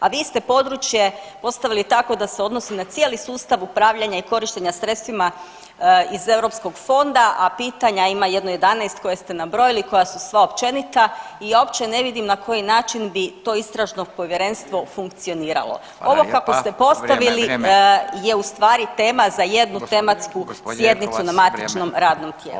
A vi ste područje postavili tako da se odnosi na cijeli sustav upravljanja i korištenja sredstvima iz Europskog fonda, a pitanja ima jedno 11 koja ste nabrojili i koja su sva općenita i opće ne vidim na koji način bi to istražno povjerenstvo funkcioniralo [[Upadica: Hvala lijepa.]] Ovo kako ste postavili je [[Upadica: Vrijeme, vrijeme.]] je u stvari tema za jednu tematsku [[Upadica: Gospođo Jelkovac, vrijeme.]] sjednicu na matičnom radom tijelu.